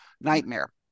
nightmare